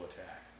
attack